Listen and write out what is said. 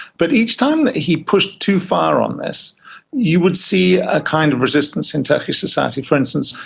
but each time that he pushed too far on this you would see a kind of resistance in turkish society. for instance,